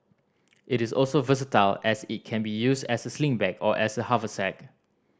it is also versatile as it can be used as a sling bag or as a haversack